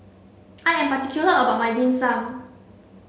I am particular about my dim sum